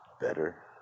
better